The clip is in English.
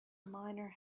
miner